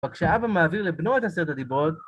רק שאבא מעביר לבנו את עשרת הדיברות.